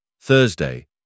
Thursday